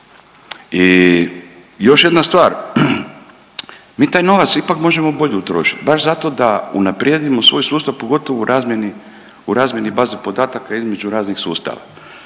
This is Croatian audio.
I još jedna stvar. Mi taj novac ipak možemo bolje utrošiti baš zato da unaprijedimo svoj sustav pogotovo u razmjeni baze podataka između raznih sustava.